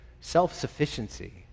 self-sufficiency